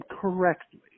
correctly